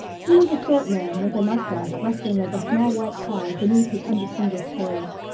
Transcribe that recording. he was a short man with a mustache resting like a small white cloud beneath his undistinguished nose.